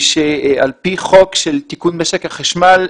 על פי חוק של תיקון משק החשמל,